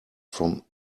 from